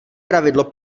pravidlo